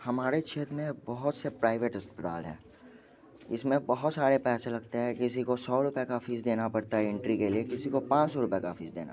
हमारे क्षेत्र में बहुत से प्राइवेट अस्पताल है इस में बहुत सारे पैसे लगते हैं किसी को सौ रुपये का फ़ीस देना पड़ता है एंट्री के लिए किसी को पाँच सौ रुपये का फ़ीस देना पड़ता है